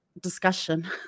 discussion